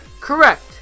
Correct